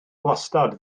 gwastad